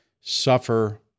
suffer